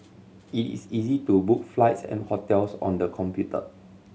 it is easy to book flights and hotels on the computer